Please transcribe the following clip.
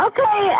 Okay